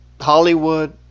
Hollywood